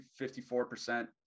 54%